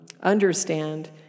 understand